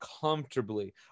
comfortably